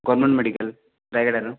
government medical ରାୟଗଡ଼ାର